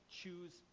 choose